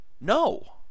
No